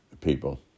people